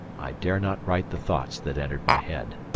i dare not write the thoughts that entered my head.